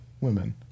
women